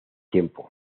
tiempo